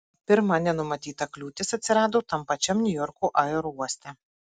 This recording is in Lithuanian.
pirma nenumatyta kliūtis atsirado tam pačiam niujorko aerouoste